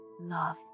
love